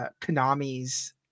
Konami's